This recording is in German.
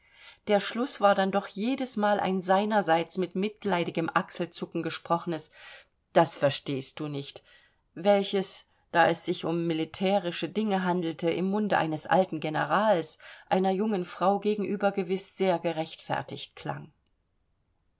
der schluß war dann doch jedesmal ein seinerseits mit mitleidigem achselzucken gesprochenes das verstehst du nicht welches da es sich um militärische dinge handelte im munde eines alten generals einer jungen frau gegenüber gewiß sehr gerechtfertigt klang